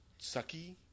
sucky